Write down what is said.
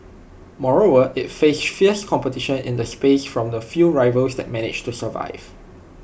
moreover IT faced fierce competition in the space from the few rivals that managed to survive